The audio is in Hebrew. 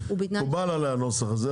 מקובל עליי הנוסח הזה,